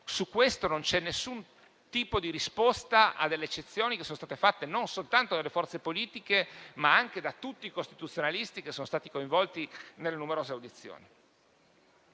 Su questo non vi è alcun tipo di risposta alle eccezioni che sono state fatte non soltanto delle forze politiche, ma anche da tutti i costituzionalisti che sono stati coinvolti nelle numerose audizioni